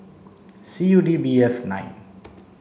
C U D B F nine